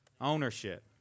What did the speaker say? Ownership